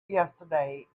yesterday